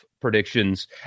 predictions